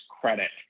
credit